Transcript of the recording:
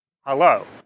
hello